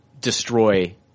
destroy